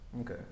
Okay